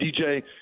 DJ